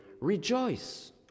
rejoice